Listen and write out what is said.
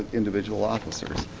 individual officers.